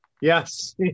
Yes